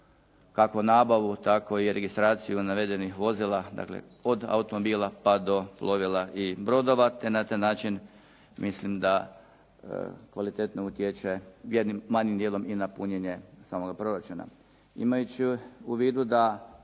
kako nabavu tako i registraciju navedenih vozila od automobila pa do plovila i brodova. Te na taj način mislim da kvalitetno utječe jednim manjim dijelom na punjenje samog proračuna. Imajući u vidu da